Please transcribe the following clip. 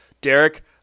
Derek